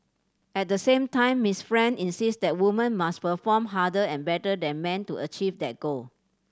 at the same time Miss Frank insist that women must perform harder and better than men to achieve that goal